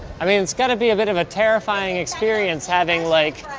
i mean, it's gotta be a bit of a terrifying experience having, like,